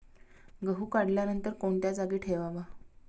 गहू काढल्यानंतर कोणत्या जागी ठेवावा?